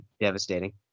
devastating